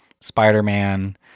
Spider-Man